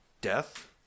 death